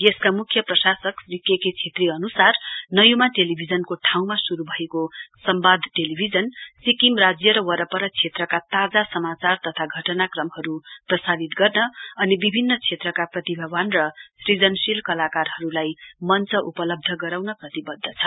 यसका मुख्य प्रशासक के के छेत्री अनुसार नयुमा टेलीभिजनको ठाउंमा शुरु भएको संम्वाद टेलिभिजन सिक्किम राज्य र वरपर क्षेत्रका ताजा समाचार तथा घटनाक्रमहरू प्रसारित गर्न अनि विभिन्न क्षेत्रका प्रतिभावान र सृजनशील कलाकारहरूलाई मञ्च उपलब्ध गराउन प्रतिबद्ध छ